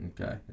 Okay